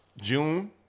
June